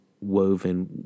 woven